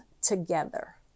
together